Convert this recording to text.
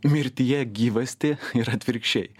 mirtyje gyvastį ir atvirkščiai